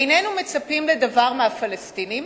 איננו מצפים לדבר מהפלסטינים,